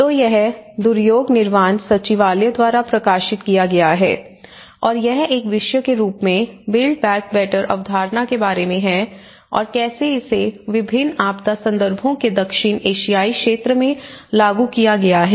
तो यह दुर्योग निवार्ण सचिवालय द्वारा प्रकाशित किया गया है और यह एक विषय के रूप में बिल्ड बैक बेहतर अवधारणा के बारे में है और कैसे इसे विभिन्न आपदा संदर्भों के दक्षिण एशियाई क्षेत्र में लागू किया गया है